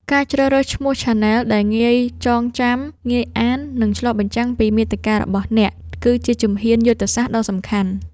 ការជ្រើសរើសឈ្មោះឆានែលដែលងាយចងចាំ ងាយអាន និងឆ្លុះបញ្ចាំងពីមាតិការបស់អ្នក គឺជាជំហានយុទ្ធសាស្ត្រដ៏សំខាន់។